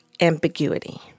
ambiguity